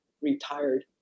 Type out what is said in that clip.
retired